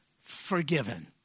forgiven